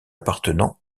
appartenant